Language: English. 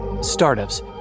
Startups